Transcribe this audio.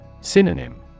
Synonym